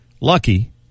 lucky